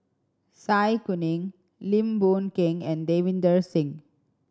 Zai Kuning Lim Boon Keng and Davinder Singh